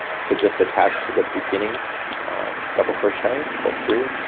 so just attach to the beginning double crochet, pull through,